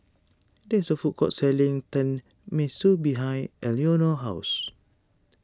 there is a food court selling Tenmusu behind Eleanor's house